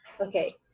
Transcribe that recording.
Okay